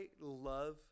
love